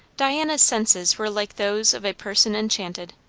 diana's senses were like those of a person enchanted.